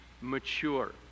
mature